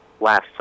last